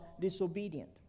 disobedient